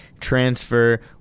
transfer